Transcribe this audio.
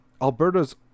Alberta's